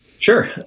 Sure